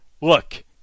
look